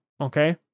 okay